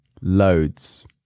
Loads